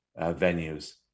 venues